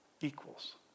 equals